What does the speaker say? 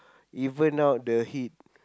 even out the heat